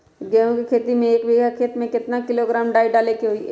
गेहूं के खेती में एक बीघा खेत में केतना किलोग्राम डाई डाले के होई?